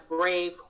brave